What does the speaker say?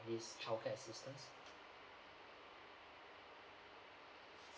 this childcare assistance